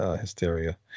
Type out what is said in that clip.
Hysteria